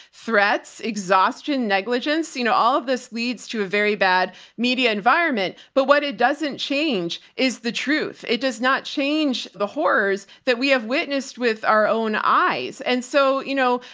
threats, exhaustion, negligence, you know, all of this leads to a very bad media environment. but what it doesn't change is the truth. it does not change the horrors that we have witnessed with our own eyes. and so, you know,